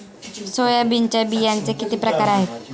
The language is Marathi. सोयाबीनच्या बियांचे किती प्रकार आहेत?